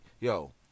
Yo